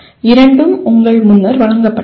இரண்டும் உங்களுக்கு முன்னர் வழங்கப்பட்டன